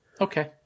Okay